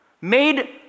made